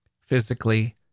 Physically